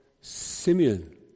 Simeon